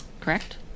correct